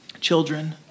Children